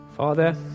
Father